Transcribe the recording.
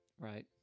Right